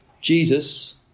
Jesus